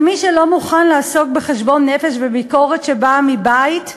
ומי שלא מוכן לעסוק בחשבון נפש ובביקורת שבאה מבית,